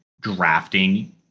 drafting